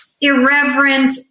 irreverent